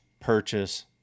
purchase